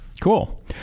Cool